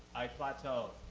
i plateaued.